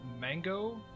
mango